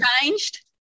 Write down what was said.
changed